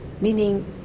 Meaning